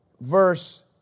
Verse